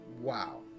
wow